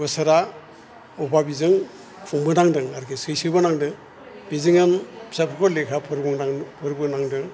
बोसोरा अभाबिजों खुंबोनांदों आरिखि सैबोनांदों बेजोंनो फिसाफोरखौ लेखा फोरोंलां फोरबोनांदों